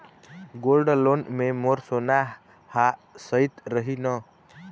Gold loan मे मोर सोना हा सइत रही न?